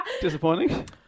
Disappointing